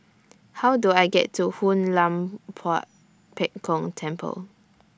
How Do I get to Hoon Lam Tua Pek Kong Temple